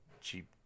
cheap